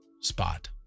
spot